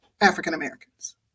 African-Americans